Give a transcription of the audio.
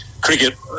cricket